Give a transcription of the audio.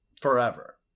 forever